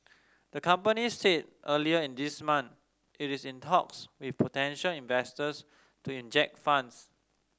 the company said earlier in this month it is in talks with potential investors to inject funds